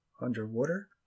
underwater